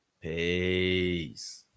Peace